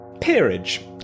Peerage